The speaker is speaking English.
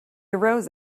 arose